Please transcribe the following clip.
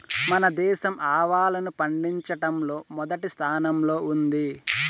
మన దేశం ఆవాలను పండిచటంలో మొదటి స్థానం లో ఉంది